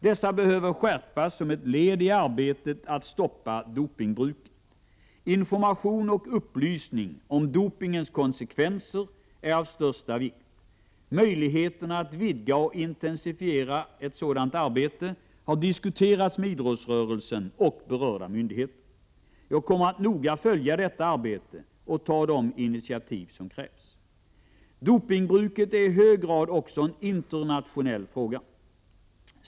Dessa behöver skärpas som ett led i arbetet att stoppa dopingbruket. Information och upplysning om dopingens konsekvenser är av största vikt. Möjligheterna att vidga och intensifiera ett sådant arbete har diskuterats med idrottsrörelsen och berörda myndigheter. Jag kommer att noga följa detta arbete och ta de initiativ som krävs. Dopingbruket är i hög grad också en internationell fråga.